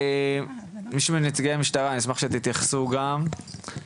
מישהו מנציגי המשטרה אני אשמח שתתייחסו גם,